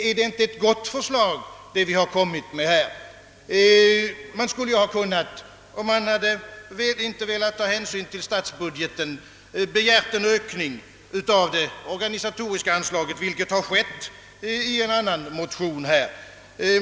Är det inte ett gott förslag vi framlagt? Man hade ju, om man inte vela ta hänsyn till statsbudgeten, kunnat begära en ökning av organisationsanslaget, vilket har skett i en annan motion.